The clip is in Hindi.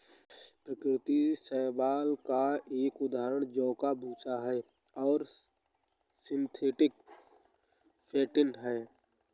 प्राकृतिक शैवाल का एक उदाहरण जौ का भूसा है और सिंथेटिक फेंटिन है